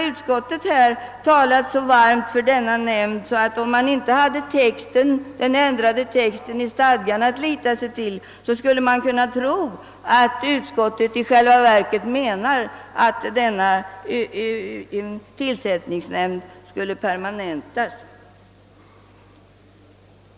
Utskottet har talat så varmt för denna tillsättningsnämnd att om man inte hade texten till den föreslagna ändringen av stadgan att lita till, skulle man kunna tro att utskottet i själva verket menar att nämnden skall permanentas.